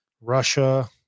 Russia